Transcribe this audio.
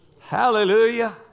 Hallelujah